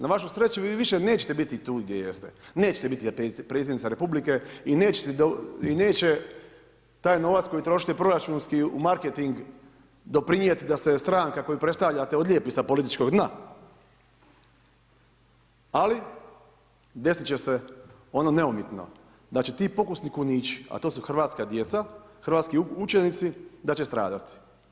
Na vašu sreću vi više nećete biti tu gdje jeste, nećete biti predsjednica Republike i neće taj novac koji trošite proračunski u marketing doprinijet da se stranka koju predstavljate odlijepi sa političkog dna, ali desit će s ono neumitno, da će ti pokusni kunići, a to su hrvatska djeca, hrvatski učenici, da će stradati.